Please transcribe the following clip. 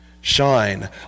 Shine